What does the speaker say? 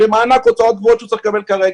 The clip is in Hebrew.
למענק הוצאות שהוא צריך לקבל כרגע?